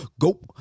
go